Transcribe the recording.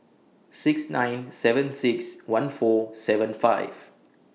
six nine seven six one four seven five